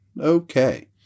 Okay